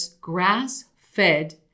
grass-fed